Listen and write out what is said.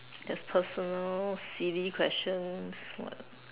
there's personal silly questions what